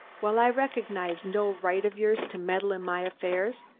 while i recognize no right of yours to meddle in my affairs,